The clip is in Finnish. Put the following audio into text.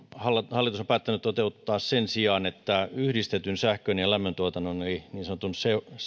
hallitus on päättänyt toteuttaa sen sijaan että yhdistetyn sähkön ja lämmöntuotannon eli niin sanotun